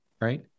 right